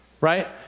right